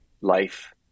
life